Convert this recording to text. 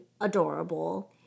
adorable